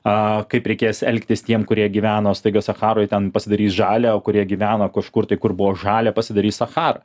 o kaip reikės elgtis tiems kurie gyveno staiga sacharoje ten pasidarys žalia o kurie gyvena kažkur tai kur buvo žalia pasidarys sachara